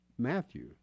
Matthew